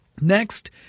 Next